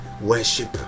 Worship